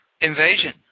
invasion